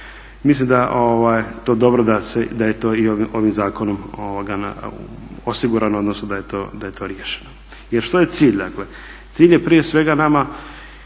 Mislim da je to dobro da je to i ovim zakonom osigurano, odnosno da je to riješeno. Jer što je cilj? Dakle, cilj je prije svega nama,